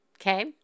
Okay